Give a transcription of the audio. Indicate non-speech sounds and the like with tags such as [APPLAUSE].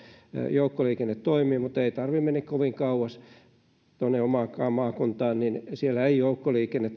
joukkoliikenne toimii mutta ei tarvitse mennä kovin kauas omaan maakuntaanikaan niin siellä ei joukkoliikenne [UNINTELLIGIBLE]